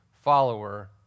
follower